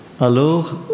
Alors